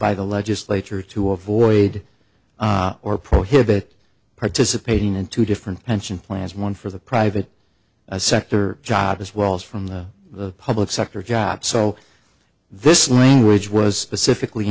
by the legislature to avoid or prohibit participating in two different pension plans one for the private sector jobs as well as from the public sector jobs so this language was